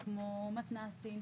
כמו: מתנ"סים,